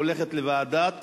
הולכת לוועדת